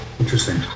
Interesting